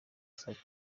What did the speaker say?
saa